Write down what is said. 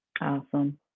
Awesome